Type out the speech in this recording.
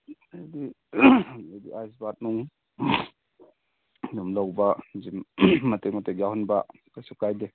ꯍꯥꯏꯕꯗꯤ ꯑꯗꯒꯤꯗꯤ ice bath ꯅꯨꯡ ꯑꯗꯨꯝ ꯂꯧꯕ ꯖꯤꯝ ꯃꯇꯦꯛ ꯃꯇꯦꯛ ꯌꯥꯎꯍꯟꯕ ꯀꯔꯤꯁꯨ ꯀꯥꯏꯗꯦ